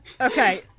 Okay